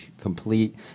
complete